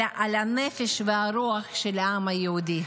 אלא על הנפש והרוח של העם היהודי.